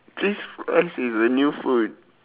cheese fries is a new food